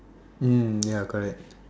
mm ya correct